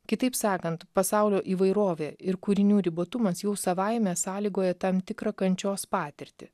kitaip sakant pasaulio įvairovė ir kūrinių ribotumas jau savaime sąlygoja tam tikrą kančios patirtį